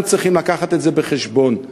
אנחנו צריכים לקחת את זה בחשבון,